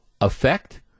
effect